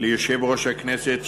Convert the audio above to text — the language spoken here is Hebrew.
ליושב-ראש הכנסת,